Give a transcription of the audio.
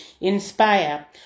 inspire